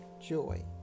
joy